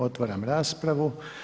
Otvaram raspravu.